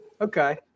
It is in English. Okay